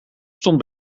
stond